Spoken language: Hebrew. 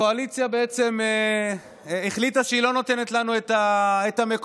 הקואליציה בעצם החליטה שהיא לא נותנת לנו את המקומות.